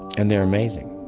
and they're amazing.